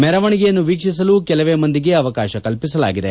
ಮೆರವಣಿಗೆಯನ್ನು ವೀಕ್ಷಿಸಲು ಕೆಲವೇ ಮಂದಿಗೆ ಅವಕಾಶ ಕಲ್ಪಿಸಲಾಗಿದೆ